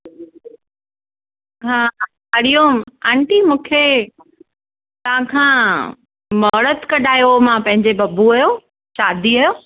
हा हरिओम आंटी मूंखे तव्हां खा महुरतु कढायो हो मां पंहिंजे बबूअ जो शादीअ जो